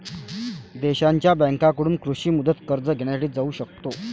देशांच्या बँकांकडून कृषी मुदत कर्ज घेण्यासाठी जाऊ शकतो